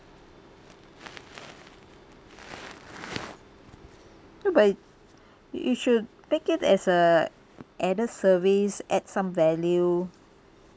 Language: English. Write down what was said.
ya but you should take it as a added service add some value